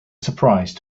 surprise